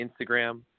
Instagram